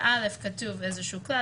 ב-א' כתוב שזה חל,